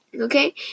okay